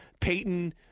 Peyton